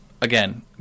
again